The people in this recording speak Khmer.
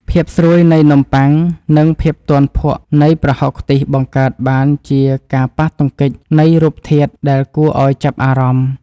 ភាពស្រួយនៃនំប៉័ងនិងភាពទន់ភក់នៃប្រហុកខ្ទិះបង្កើតបានជាការប៉ះទង្គិចនៃរូបធាតុដែលគួរឱ្យចាប់អារម្មណ៍។